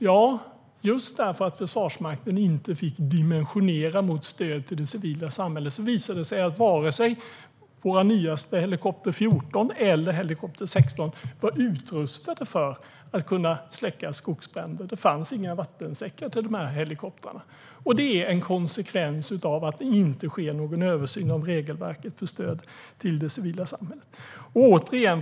Ja, just därför att Försvarsmakten inte fick dimensionera mot stöd till det civila samhället visade det sig att vare sig våra nyaste Helikopter 14 eller Helikopter 16 var utrustade för att kunna släcka skogsbränder. Det fanns inga vattensäckar till de helikoptrarna. Det är en konsekvens av att det inte sker någon översyn av regelverket för stöd till det civila samhället. Fru talman!